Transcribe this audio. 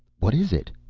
what is it?